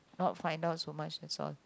not find out so much that's all